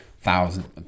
thousands